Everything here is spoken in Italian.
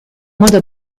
modo